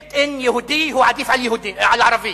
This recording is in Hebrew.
built in יהודי עדיף על ערבי.